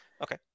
Okay